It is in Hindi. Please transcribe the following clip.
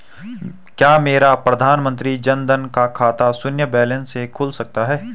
क्या मेरा प्रधानमंत्री जन धन का खाता शून्य बैलेंस से खुल सकता है?